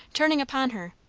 turning upon her.